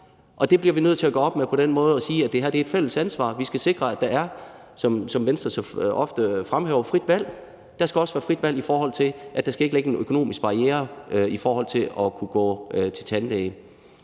Vi bliver nødt til at gøre op med det og sige, at det her er et fælles ansvar. Vi skal sikre, at der er, som Venstre så ofte fremhæver, frit valg. Der skal også være frit valg i forhold til, at der ikke skal ligge en økonomisk barriere for at kunne gå til tandlæge.